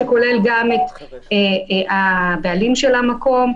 שכוללת גם את הבעלים של המקום,